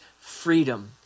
freedom